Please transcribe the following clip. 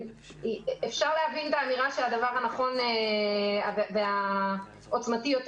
אפשר להבין באמירה שהדבר הנכון והעוצמתי יותר